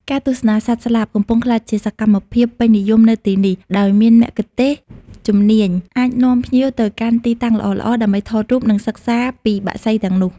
ការទស្សនាសត្វស្លាប កំពុងក្លាយជាសកម្មភាពពេញនិយមនៅទីនេះ ដោយមានមគ្គុទ្ទេសក៍ជំនាញអាចនាំភ្ញៀវទៅកាន់ទីតាំងល្អៗដើម្បីថតរូប និងសិក្សាពីបក្សីទាំងនោះ។